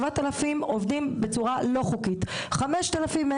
7 אלפים עובדים בצורה לא חוקית ו-5 אלפים